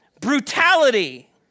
Brutality